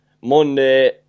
Monday